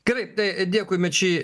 gerai tai dėkui mečy